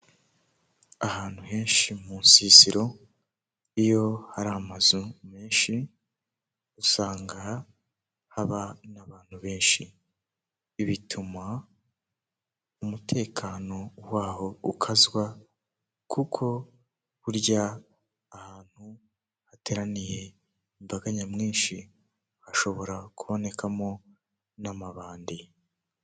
Ahantu henshi mu nsisiro iyo hari amazu menshi usanga haba n'abantu benshi bituma umutekano waho ukazwa, kuko burya ahantu hateraniye imbaga nyamwinshi hashobora kubonekamo n'amabandi.